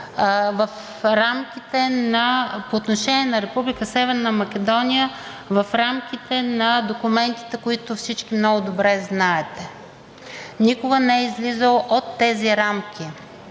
по отношение на Република Северна Македония – в рамките на документите, които всички много добре знаете. Никога не е излизало от тези рамки.